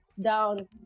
down